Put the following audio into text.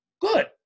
good